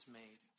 made